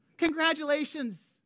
Congratulations